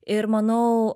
ir manau